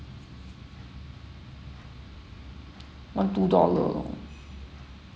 one two dollar lor